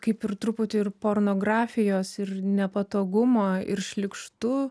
kaip ir truputį ir pornografijos ir nepatogumo ir šlykštu